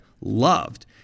loved